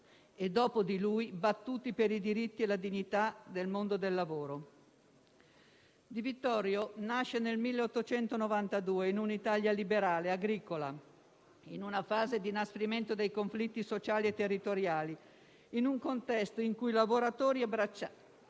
e dopo di lui battuti per i diritti e la dignità del mondo del lavoro. Di Vittorio nasce nel 1892 in un Italia liberale e agricola, in una fase di inasprimento dei conflitti sociali e territoriali, in un contesto in cui lavoratori e braccianti